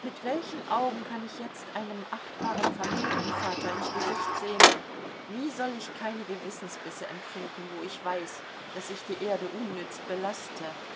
mit welchen augen kann ich jetzt einem achtbaren familienvater ins gesicht sehen wie soll ich keine gewissensbisse empfinden wo ich weiß daß ich die erde unnütz belaste